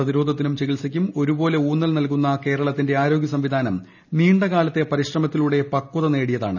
പ്രതിരോധത്തിനും ചികി ത്സയ്ക്കും ഒരു പോലെ ഊന്നൽ നൽകുന്ന കേരളത്തിന്റെ ആരോഗ്യ സംവിധാനം നീണ്ടകാലത്തെ പരിശ്രമത്തിലുടെ പക്വത നേടിയതാണ്